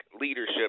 leadership